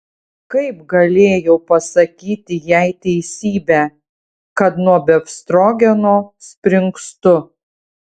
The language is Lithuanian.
kaip galėjau pasakyti jai teisybę kad nuo befstrogeno springstu